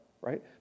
right